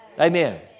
Amen